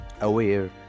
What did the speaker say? Aware